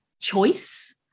choice